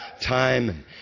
time